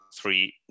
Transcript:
three